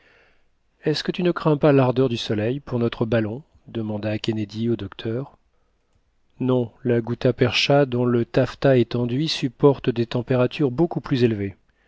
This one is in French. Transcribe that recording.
est-ce que tu ne crains pas l'ardeur du soleil pour notre ballon demanda kennedy au docteur non la gutta-percha dont le taffetas est enduit supporte des températures beaucoup plus élevées